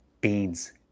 Beans